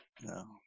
No